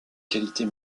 qualités